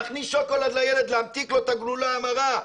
להכניס שוקולד לילד להמתיק לו את הגלולה המרה.